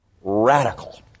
Radical